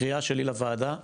הקריאה שלי של הועדה